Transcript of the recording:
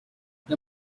the